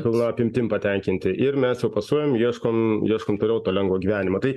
pilna apimtim patenkinti ir mes jau pasuojam ieškom ieškom toliau to lengvo gyvenimo tai